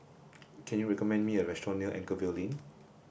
can you recommend me a restaurant near Anchorvale Lane